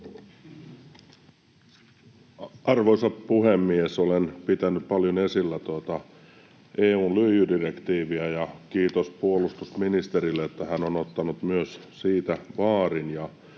Arvoisa puhemies! Olen pitänyt paljon esillä tuota EU:n lyijydirektiiviä, ja kiitos puolustusministerille, että hän on ottanut myös siitä vaarin.